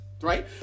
right